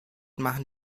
machen